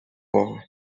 богу